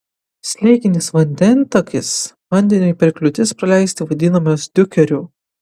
slėginis vandentakis vandeniui per kliūtis praleisti vadinamas diukeriu